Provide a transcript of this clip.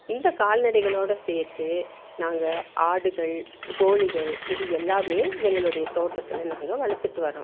இந்த கால்நடைகளோடு சேர்த்து நாங்கள் ஆடுகள் கோழிகள் இது எல்லாம் எங்களுடைய தோட்டத்தில் நாங்கள் வளர்த்துட்டு வர்றோம்